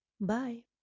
Bye